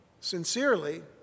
sincerely